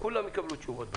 כולם יקבלו תשובות בסוף.